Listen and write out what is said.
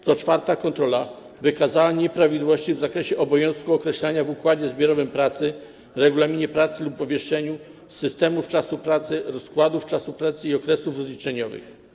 Co czwarta kontrola wykazała nieprawidłowości w zakresie obowiązku określenia w układzie zbiorowym pracy, regulaminie pracy lub obwieszczeniu systemów czasu pracy, rozkładów czasu pracy i okresów rozliczeniowych.